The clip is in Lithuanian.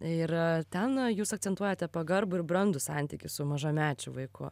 ir ten jūs akcentuojate pagarbų ir brandų santykį su mažamečiu vaiku